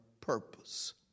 purpose